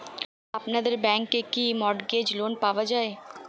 আপনাদের ব্যাংকে কি মর্টগেজ লোন পাওয়া যায়?